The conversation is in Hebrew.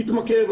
יתמכר,